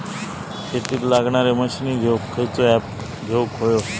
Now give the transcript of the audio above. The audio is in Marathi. शेतीक लागणारे मशीनी घेवक खयचो ऍप घेवक होयो?